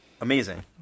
Amazing